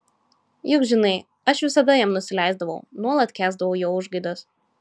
juk žinai aš visada jam nusileisdavau nuolat kęsdavau jo užgaidas